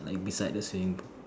like beside the same